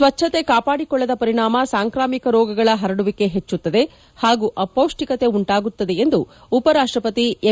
ಸ್ವಚ್ಚತೆ ಕಾಪಾಡಿಕೊಳ್ಳದ ಪರಿಣಾಮ ಸಾಂಕ್ರಾಮಿಕ ರೋಗಗಳ ಹರಡುವಿಕೆ ಹೆಚ್ಚುತ್ತದೆ ಹಾಗೂ ಅಪೌಷ್ಟಿಕತೆ ಉಂಟಾಗುತ್ತದೆ ಎಂದು ಉಪರಾಷ್ಟಪತಿ ಎಂ